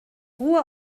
ruhe